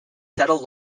settled